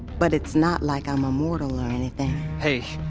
but it's not like i'm immortal or anything hey,